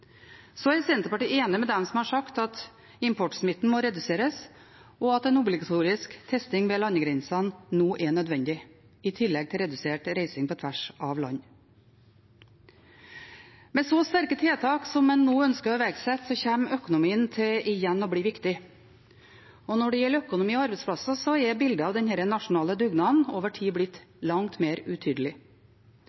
er enig med dem som har sagt at importsmitten må reduseres, og at en obligatorisk testing ved landegrensene nå er nødvendig, i tillegg til redusert reising på tvers av land. Med så sterke tiltak som en nå ønsker å iverksette, kommer økonomien igjen til å bli viktig, og når det gjelder økonomi og arbeidsplasser, er bildet av den nasjonale dugnaden over tid blitt